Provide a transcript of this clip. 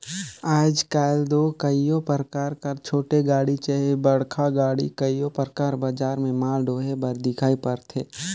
आएज काएल दो कइयो परकार कर छोटे गाड़ी चहे बड़खा गाड़ी कइयो परकार बजार में माल डोहे बर दिखई परथे